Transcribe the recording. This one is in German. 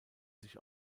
sich